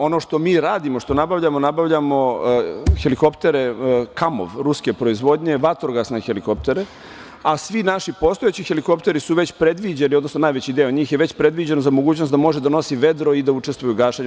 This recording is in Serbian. Ono što mi radimo, što nabavljamo, nabavljamo helikoptere „kamov“ ruske proizvodnje, vatrogasne helikoptere, a svi naši postojeći helikopteri su već predviđeni, odnosno najveći deo njih je već predviđen za mogućnost da može da nosi vedro i da učestvuje u gašenju.